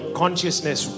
consciousness